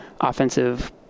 offensive